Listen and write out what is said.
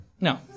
No